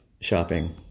shopping